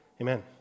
Amen